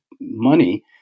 money